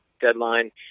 deadline